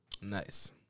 Nice